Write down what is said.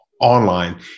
online